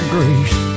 Grace